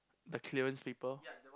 the clearance paper